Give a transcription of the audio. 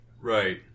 Right